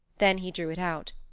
then he drew it out.